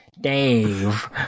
Dave